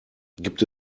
gibt